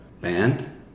band